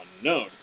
unknown